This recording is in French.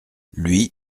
lui